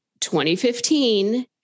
2015